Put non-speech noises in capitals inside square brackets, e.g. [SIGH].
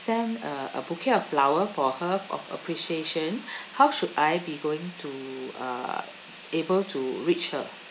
send uh a bouquet of flower for her of appreciation [BREATH] how should I be going to uh able to reach her